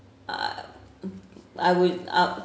uh I would up